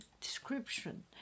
description